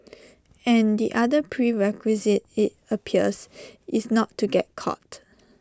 and the other prerequisite IT appears is not to get caught